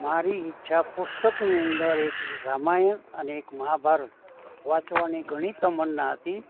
મારી ઈચ્છા પુસ્તકની અંદર એક રામાયણ અને એક મહાભારત વાંચવાની ઘણી તમન્ના હતી